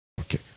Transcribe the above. Okay